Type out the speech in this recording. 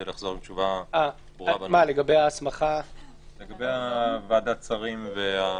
לחזור עם תשובה ברורה לגבי ועדת השרים.